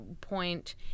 point